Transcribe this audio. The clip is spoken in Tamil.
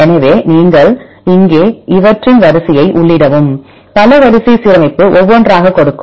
எனவே நீங்கள் இங்கே இவற்றின் வரிசையை உள்ளிடவும் பல வரிசை சீரமைப்பு ஒவ்வொன்றாக கொடுக்கும்